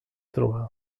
trobar